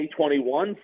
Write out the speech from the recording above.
2021